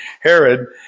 Herod